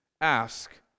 ask